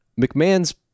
McMahon's